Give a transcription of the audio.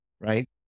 right